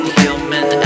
human